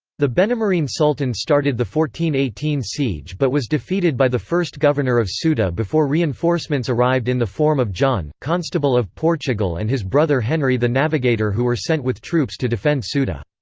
the benemerine sultan started the eighteen siege but was defeated by the first governor of so ceuta before reinforcements arrived in the form of john, constable of portugal and his brother henry the navigator who were sent with troops to defend ceuta.